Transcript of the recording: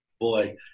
boy